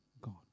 God